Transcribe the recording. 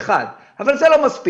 זה אחת, אבל זה לא מספיק.